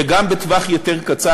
וגם בטווח יותר קצר,